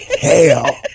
hell